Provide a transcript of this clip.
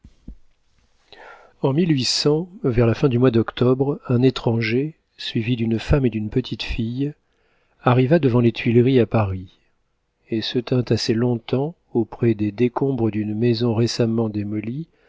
en vers la fin du mois d'octobre un étranger suivi d'une femme et d'une petite fille arriva devant les tuileries à paris et se tint assez long-temps auprès des décombres d'une maison récemment démolie